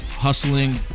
Hustling